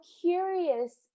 curious